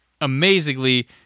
amazingly